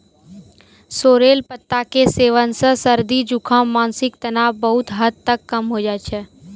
sorrel पत्ता के सेवन सॅ सर्दी, जुकाम, मानसिक तनाव बहुत हद तक कम होय छै